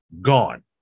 gone